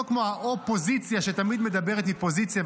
לא כמו האופוזיציה שתמיד מדברת מפוזיציה,